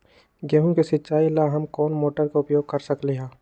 गेंहू के सिचाई ला हम कोंन मोटर के उपयोग कर सकली ह?